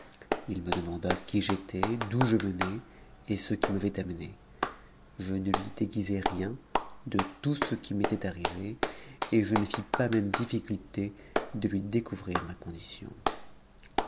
il me demanda qui j'étais d'où je venais et ce qui m'avait amené je ne lui déguisai rien de tout ce qui m'était arrivé et je ne fis pas même difficulté de lui découvrir ma condition